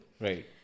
Right